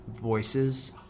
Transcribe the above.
voices